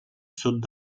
sud